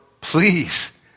please